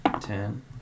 Ten